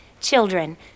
Children